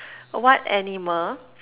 what animal